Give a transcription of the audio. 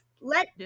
let